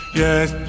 yes